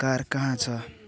car कहाँ छ